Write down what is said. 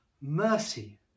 mercy